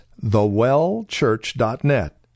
thewellchurch.net